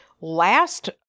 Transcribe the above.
last